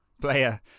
player